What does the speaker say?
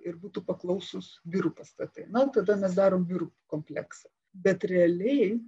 ir būtų paklausūs biurų pastatai na tada mes darom biurų kompleksą bet realiai